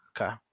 Okay